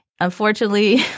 unfortunately